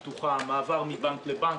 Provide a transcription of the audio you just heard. פרופ' אמיר ירון,